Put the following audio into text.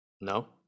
No